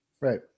Right